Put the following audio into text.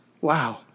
Wow